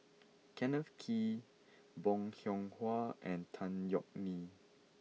Kenneth Kee Bong Hiong Hwa and Tan Yeok Nee